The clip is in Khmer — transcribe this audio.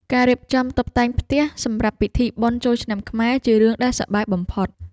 ការរៀបចំតុបតែងផ្ទះសម្រាប់ពិធីបុណ្យចូលឆ្នាំខ្មែរ ជារឿងដែលសប្បាយបំផុត។